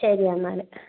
ശരി എന്നാല്